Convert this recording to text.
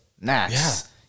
Nats